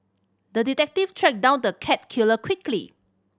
the detective tracked down the cat killer quickly